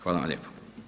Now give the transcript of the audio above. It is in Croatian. Hvala vam lijepo.